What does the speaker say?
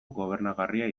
gobernagarria